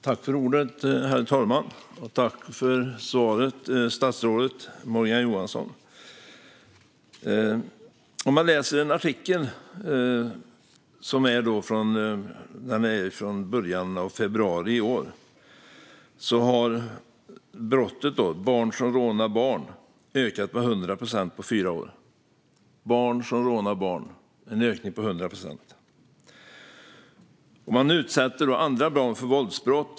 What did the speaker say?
Herr talman! Jag tackar statsrådet Morgan Johansson för svaret. Enligt en artikel från början av februari i år har brottet barn som rånar barn ökat med 100 procent på fyra år. Man utsätter andra barn för våldsbrott.